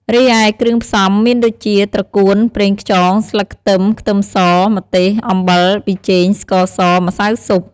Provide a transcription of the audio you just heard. រីឯ គ្រឿងផ្សំមានដូចជា ត្រកួន ប្រេងខ្យង ស្លឹកខ្ទឹមខ្ទឹមស ម្ទេស អំបិល ប៊ីចេង ស្កសរ ម្សៅស៊ុប។